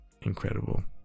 incredible